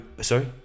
Sorry